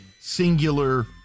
singular